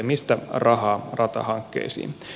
mistä rahaa ratahankkeisiin